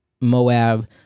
Moab